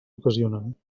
ocasionen